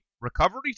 recovery